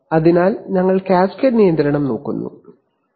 അതിനാൽ ഞങ്ങൾ കാസ്കേഡ് നിയന്ത്രണം നോക്കുന്നു ശരി